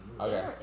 Okay